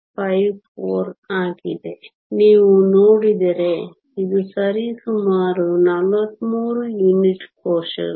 54 ಆಗಿದೆ ನೀವು ನೋಡಿದರೆ ಇದು ಸರಿಸುಮಾರು 43 ಯೂನಿಟ್ ಕೋಶಗಳು